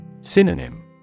Synonym